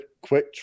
quick